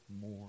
more